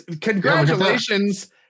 Congratulations